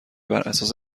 براساس